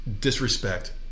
disrespect